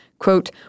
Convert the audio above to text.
Quote